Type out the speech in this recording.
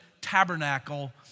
tabernacle